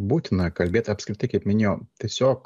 būtina kalbėt apskritai kaip minėjau tiesiog